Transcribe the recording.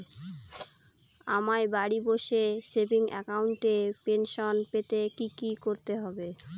আমায় বাড়ি বসে সেভিংস অ্যাকাউন্টে পেনশন পেতে কি কি করতে হবে?